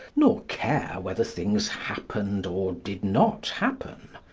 nor care whether things happened or did not happen.